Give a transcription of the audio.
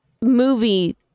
movie